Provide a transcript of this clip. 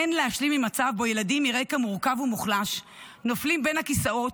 אין להשלים עם מצב שבו ילדים מרקע מורכב או מוחלש נופלים בין הכיסאות.